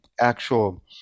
actual